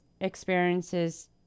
experiences